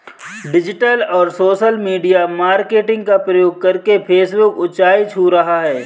digital और social media marketing का प्रयोग करके फेसबुक ऊंचाई छू रहा है